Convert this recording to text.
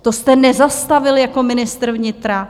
To jste nezastavil jako ministr vnitra?